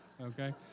okay